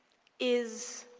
is